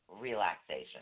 relaxation